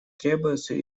требуется